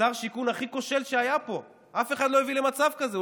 שיכון הכי כושל שהיה פה, אף אחד לא הביא למצב כזה.